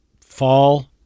fall